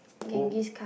who